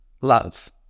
love